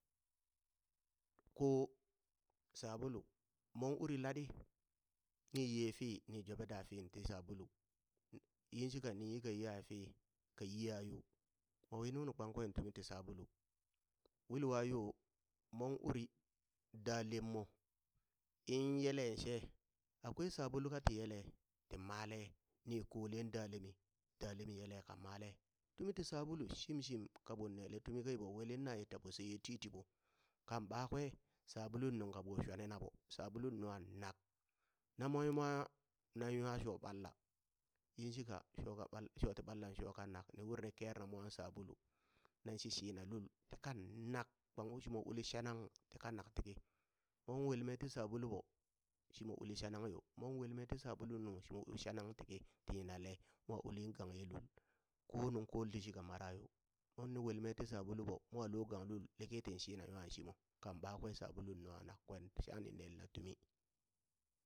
Ko sabulu mon uri laɗɗi ni ye fii ni jobe da fi ti sabulu n yinshika nin yi ka yeha fi kayiha yo, mo wi nunu kpang kwen ten tumi ti sabulu wulwa yo mon uri da lemmo in yeleŋ she akwai sabulu kati yele ti male ni koleŋ da lemi da lemi yele ka male tumi ti sabulu shimshim ka ɓon lene, kaɓo wilin naye taɓo sheye titiɓo kan ɓakwe sabulun nung kaɓo swane na ɓo sabulun nungha nak monwi maw nan nwa so ɓalla, yin shika shoka bal sho ti ɓalla sho kanak ni ur ni kerena mwan sabulu nanshi shina lul ti kannnak kpang shimo ulin shanang ti kanak tiki, mon welme ti sabulu ɓo shimo uli shanang yo, mon wol me ti sabulu nu shimo u shanang tiki ti yinale mwa ulin gang ye lul ko nung koleti shit ka mara yo, mo wolme ti shabulun ɓo mo lo gang lul liki tin shina nwa shimo kan ɓakwe sabulun nungha nak kwen shangha nin nelena tumi.